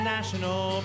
National